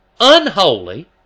unholy